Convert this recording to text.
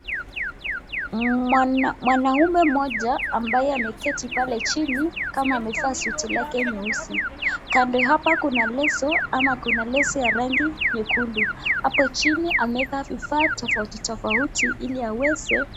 Mwanaume mmoja ambaye ameketi pale chini kama amevaa suti lake nyeusi kando hapa kuna leso ya rangi nyekundu. Hapo chini ameweka vifaa tofauti tofauti ili aweze...